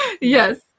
Yes